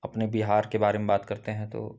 अपने बिहार के बारे में बात करते हैं तो